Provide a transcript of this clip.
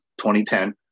2010